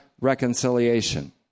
reconciliation